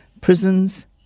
prisons